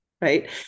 right